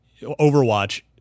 Overwatch